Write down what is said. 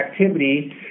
activity